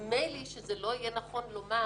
נדמה לי שזה לא יהיה נכון לומר